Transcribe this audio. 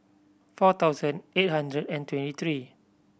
four thousand eight hundred and twenty three